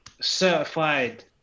certified